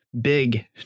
big